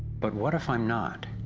but what if i'm not?